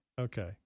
Okay